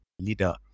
leader